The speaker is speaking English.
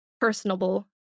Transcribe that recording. personable